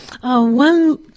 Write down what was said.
One